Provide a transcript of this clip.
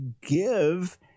give